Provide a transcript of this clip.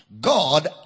god